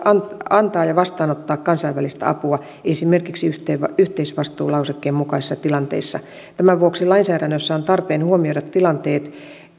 antaa ja vastaanottaa kansainvälistä apua esimerkiksi yhteisvastuulausekkeen mukaisissa tilanteissa tämän vuoksi lainsäädännössä on tarpeen huomioida tilanteet